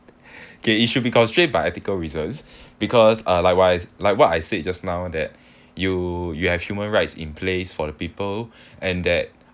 okay it should be constrained by ethical reasons because uh likewise like what I said just now that you you have human rights in place for the people and that